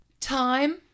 Time